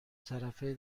طرفه